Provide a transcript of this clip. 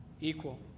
equal